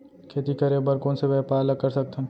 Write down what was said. खेती करे बर कोन से व्यापार ला कर सकथन?